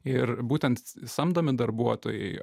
ir būtent samdomi darbuotojai